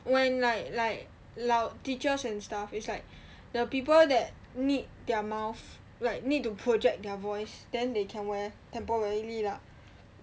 when like like 老师 teachers and stuff is like the people that need their mouth like need to project their voice then they can wear temporarily lah